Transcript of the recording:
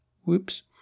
Whoops